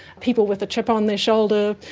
people with a chip on their shoulder,